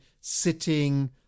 sitting